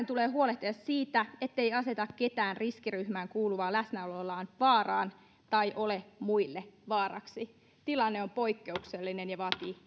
tulee huolehtia siitä ettei aseta ketään riskiryhmään kuuluvaa läsnäolollaan vaaraan tai ole muille vaaraksi tilanne on poikkeuksellinen ja vaatii